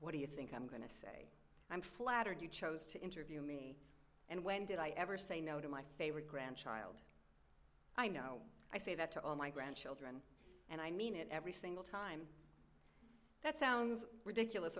what do you think i'm good i'm flattered you chose to interview me and when did i ever say no to my favorite grandchild i know i say that to all my grandchildren and i mean it every single time that sounds ridiculous